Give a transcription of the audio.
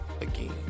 again